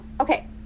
okay